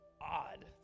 odd